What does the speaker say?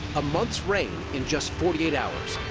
a month's rain in just forty eight hours,